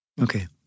Okay